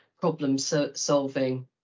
problem-solving